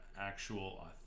actual